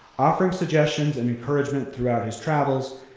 offering suggestions and encouragement throughout his travels,